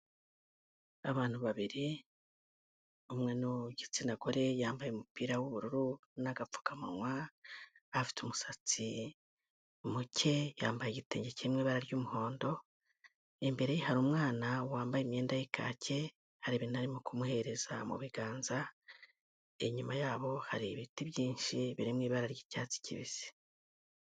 Abantu babiri umwe ni uw'igitsina gore yambaye umupira w'ubururu n'agapfukamunwa, afite umusatsi muke yambaye igitenge kiri mu ibara ry'umuhondo. Imbere hari umwana wambaye imyenda y'ikaki hari ibintu arimo kumuhereza mu biganza, inyuma y'abo hari ibiti byinshi biri mu ibara ry'icyatsi kibisi.